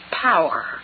power